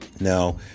Now